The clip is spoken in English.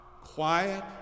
quiet